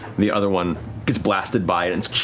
the other one gets blasted by it. and